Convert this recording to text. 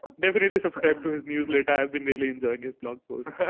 definitely subscribe to his newsletter. i've been really enjoying his blog post.